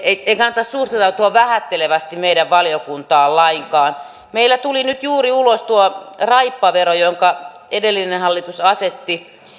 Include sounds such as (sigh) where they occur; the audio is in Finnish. (unintelligible) ei ei kannata suhtautua vähättelevästi meidän valiokuntaan lainkaan meillä tuli nyt juuri ulos raippavero jonka edellinen hallitus asetti